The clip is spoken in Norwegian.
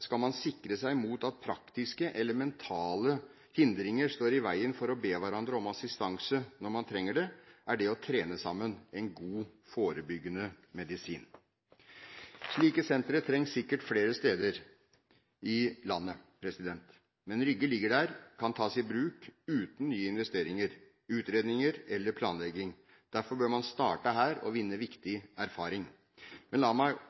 Skal man sikre seg mot at praktiske eller mentale hindringer står i veien for å be hverandre om assistanse når man trenger det, er det å trene sammen en god forebyggende medisin. Slike sentre trengs sikkert flere steder i landet, men Rygge ligger der og kan tas i bruk uten nye investeringer, utredninger eller planlegging. Derfor bør man starte her og vinne viktig erfaring. Men la meg